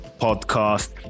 podcast